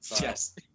Yes